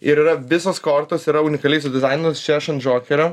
ir yra visos kortos yra unikaliai sudizainintos čia aš ant džokerio